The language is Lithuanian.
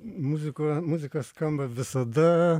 muzika muzika skamba visada